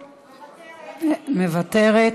מוותרת.